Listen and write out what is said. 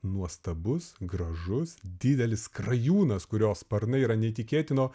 nuostabus gražus didelis skrajūnas kurio sparnai yra neįtikėtino